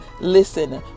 Listen